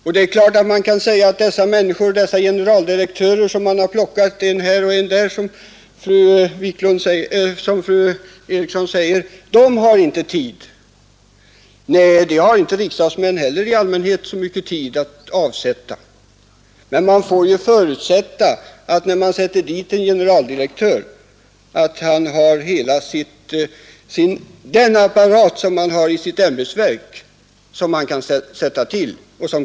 Man kan givetvis säga som fru Eriksson i Stockholm gjorde, att de generaldirektörer som man på det sättet plockar in här och där inte har tid att ägna sig åt dessa arbetsuppgifter. Det har inte riksdagens ledamöter heller i allmänhet. Men en generaldirektör har ju ändå möjligheter att koppla in hela sitt ämbetsverks apparat i arbetet.